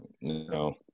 No